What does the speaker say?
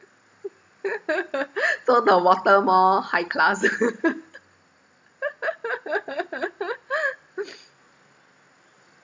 so the water more high class